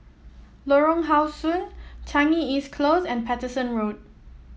Lorong How Sun Changi East Close and Paterson Road